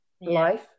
life